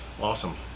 awesome